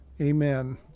amen